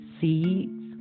seeds